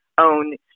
own